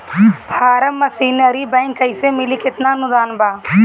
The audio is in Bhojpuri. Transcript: फारम मशीनरी बैक कैसे मिली कितना अनुदान बा?